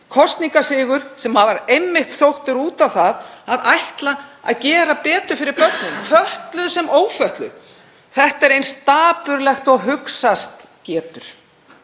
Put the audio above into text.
kosningasigur sem var einmitt sóttur út á það að ætla að gera betur fyrir börnin, fötluð sem ófötluð. Þetta er eins dapurlegt og hugsast getur.